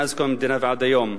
מאז קום המדינה ועד היום.